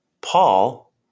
Paul